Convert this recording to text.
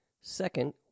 Second